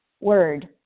word